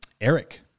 Eric